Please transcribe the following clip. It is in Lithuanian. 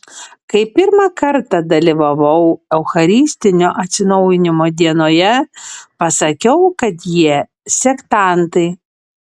kai pirmą kartą dalyvavau eucharistinio atsinaujinimo dienoje pasakiau kad jie sektantai